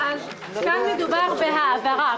כאן מדובר בהעברה.